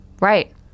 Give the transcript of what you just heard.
Right